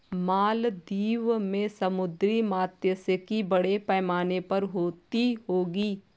मालदीव में समुद्री मात्स्यिकी बड़े पैमाने पर होती होगी